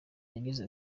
yagize